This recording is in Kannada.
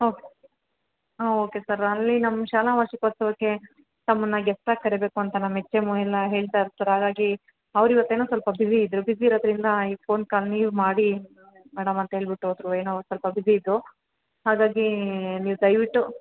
ಓಕ್ ಹಾಂ ಓಕೆ ಸರ್ ಅಲ್ಲಿ ನಮ್ಮ ಶಾಲಾ ವಾರ್ಷಿಕೋತ್ಸವಕ್ಕೆ ತಮ್ಮನ್ನು ಗೆಸ್ಟಾಗಿ ಕರಿಬೇಕು ಅಂತ ನಮ್ಮ ಹೆಚ್ ಎಮ್ಮು ಎಲ್ಲ ಹೇಳ್ತಾಯಿರ್ತಾರೆ ಹಾಗಾಗಿ ಅವ್ರು ಇವತ್ತೆನೋ ಸ್ವಲ್ಪ ಬ್ಯುಸಿ ಇದ್ದರು ಬ್ಯುಸಿ ಇರೋದರಿಂದ ಈ ಫೋನ್ ಕಾಲ್ ನೀವು ಮಾಡಿ ಮೇಡಮ್ ಅಂತ್ಹೇಳ್ಬಿಟ್ ಹೋದರು ಏನೋ ಸ್ವಲ್ಪ ಬ್ಯುಸಿ ಇದ್ದರು ಹಾಗಾಗಿ ನೀವು ದಯವಿಟ್ಟು